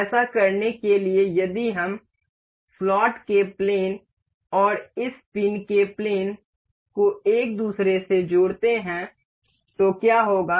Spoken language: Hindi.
ऐसा करने के लिए यदि हम स्लॉट के प्लेन और इस पिन के प्लेन को एक दूसरे से जोड़ते हैं तो क्या होगा